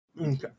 Okay